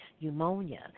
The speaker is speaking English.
pneumonia